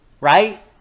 right